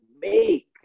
make